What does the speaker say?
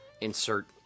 Insert